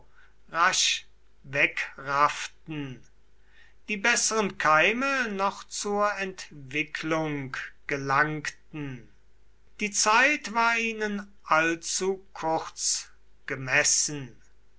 rasch wegrafften die besseren keime noch zur entwicklung gelangten die zeit war ihnen allzu kurz gemessen